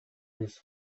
his